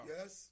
Yes